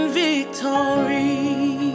victory